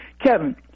Kevin